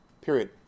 Period